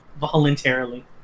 voluntarily